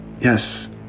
Yes